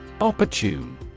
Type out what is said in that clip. Opportune